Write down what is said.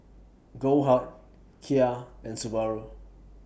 Goldheart Kia and Subaru